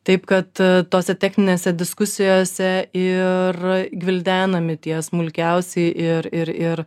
taip kad tose techninėse diskusijose ir gvildenami tie smulkiausi ir ir ir